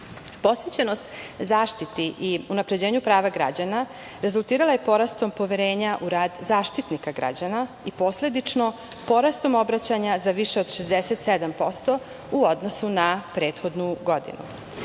Posvećenost zaštiti u unapređenju prava građana rezultirala je porastom poverenja u rad Zaštitnika građana i posledično porastom obraćanja za više od 67% u odnosu na prethodnu godinu. Doduše,